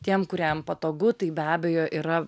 tiem kuriem patogu tai be abejo yra